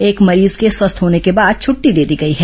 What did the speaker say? एक मरीज को स्वस्थ्य होने के बाद छटटी दे दी गई है